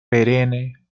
perenne